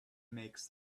makes